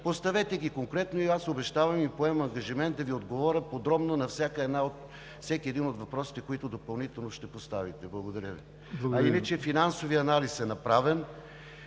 поставете ги конкретно и аз обещавам, поемам ангажимент да Ви отговоря подробно на всеки от въпросите, които допълнително ще поставите. Иначе финансовият анализ е направен.